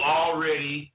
already